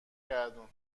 گردون